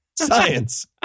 Science